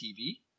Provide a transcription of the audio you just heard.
TV